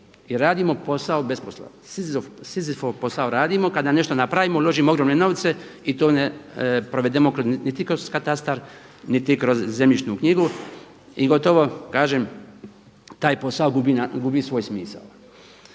I radimo posao besposlova, Sizifov posao radimo, kada nešto napravimo, uložimo ogromne novce i to ne provedemo niti kroz katastar, niti kroz zemljišnu knjigu. I gotovo kažem taj posao gubi svoj smisao.